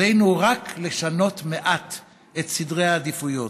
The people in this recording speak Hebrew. עלינו רק לשנות מעט את סדרי העדיפויות.